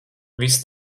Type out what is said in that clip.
viss